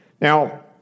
Now